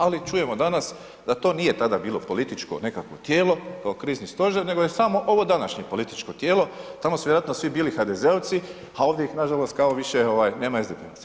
Ali, čujemo danas da to nije tada bilo političko nekakvo tijelo taj Krizni stožer nego je samo ovo danas političko tijelo, tamo su vjerojatno svi bili HDZ-ovci, a ovdje ih nažalost kao više nema SDP-ovaca.